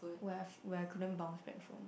where I've where I couldn't bounce back from